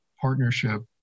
partnership